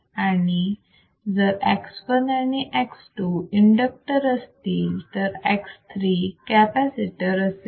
आणि जर X1 and X2 inductor असतील तर X3 कॅपॅसिटर असेल